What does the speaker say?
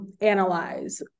analyze